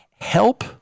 help